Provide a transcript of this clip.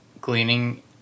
gleaning